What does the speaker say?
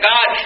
God